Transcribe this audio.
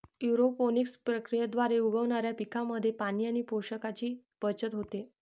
aeroponics प्रक्रियेद्वारे उगवणाऱ्या पिकांमध्ये पाणी आणि पोषकांची बचत होते